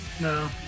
no